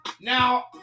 Now